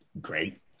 great